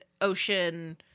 ocean